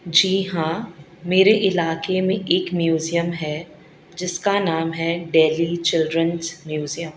جی ہاں میرے علاقے میں ایک میوزیم ہے جس کا نام ہے ڈیلی چلڈرنس میوزیم